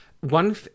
One